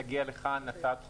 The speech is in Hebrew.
תגיע לכאן הצעת חוק,